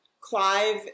Clive